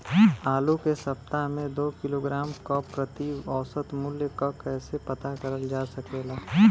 आलू के सप्ताह में दो किलोग्राम क प्रति औसत मूल्य क कैसे पता करल जा सकेला?